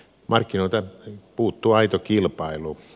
markkinoilta puuttuu aito kilpailu